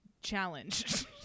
challenge